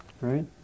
right